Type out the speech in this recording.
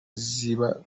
ziba